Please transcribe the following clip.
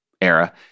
era